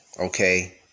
okay